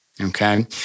okay